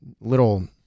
little